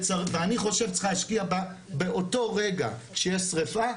ואני חושב שצריך להשקיע באותו רגע שיש שריפה,